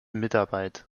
mitarbeit